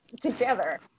together